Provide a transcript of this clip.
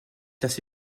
ainsi